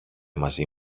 μαζί